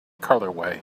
colorway